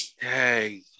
Hey